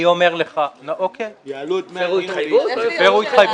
יעלו את דמי הניהול.